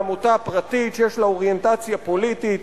לעמותה פרטית שיש לה אוריינטציה פוליטית,